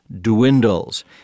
dwindles